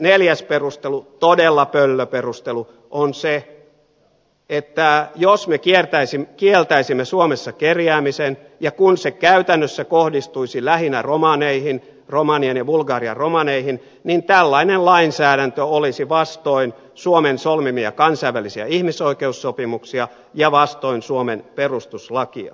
neljäs perustelu todella pöllö perustelu on se että jos me kieltäisimme suomessa kerjäämisen ja kun se käytännössä kohdistuisi lähinnä romaneihin romanian ja bulgarian romaneihin niin tällainen lainsäädäntö olisi vastoin suomen solmimia kansainvälisiä ihmisoikeussopimuksia ja vastoin suomen perustuslakia